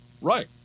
Right